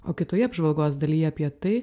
o kitoje apžvalgos dalyje apie tai